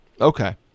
Okay